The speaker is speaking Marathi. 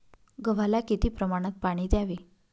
गव्हाला किती प्रमाणात पाणी द्यावे?